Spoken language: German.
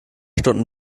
stunden